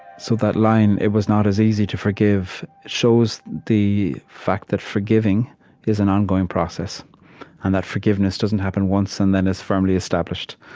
so that line, it was not as easy to forgive, shows the fact that forgiving is an ongoing process and that forgiveness doesn't happen once and then is firmly established.